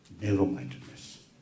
narrow-mindedness